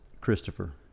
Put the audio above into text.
Christopher